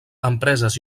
empreses